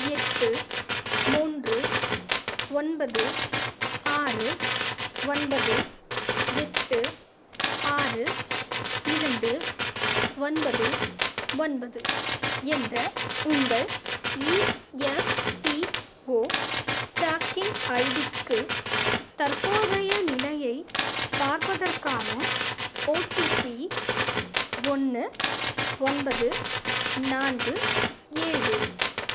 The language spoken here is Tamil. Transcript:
எட்டு மூன்று ஒன்பது ஆறு ஒன்பது எட்டு ஆறு இரண்டு ஒன்பது ஒன்பது என்ற உங்கள் இஎஃப்பிஓ ட்ராக்கிங் ஐடிக்கு தற்போதைய நிலையைப் பார்ப்பதற்கான ஓடிபி ஒன்று ஒன்பது நான்கு ஏழு